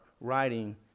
writing